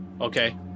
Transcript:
Okay